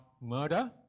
murder